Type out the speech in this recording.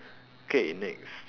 okay next